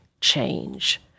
change